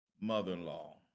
mother-in-law